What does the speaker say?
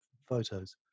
photos